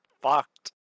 fucked